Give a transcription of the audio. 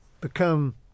become